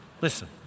Listen